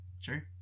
sure